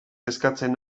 kezkatzen